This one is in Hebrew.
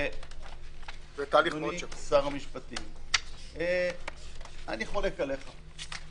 אדוני שר המשפטים, אני חולק עליך.